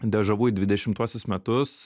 dežavu į dvidešimtuosius metus